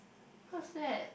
what's that